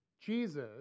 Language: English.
Jesus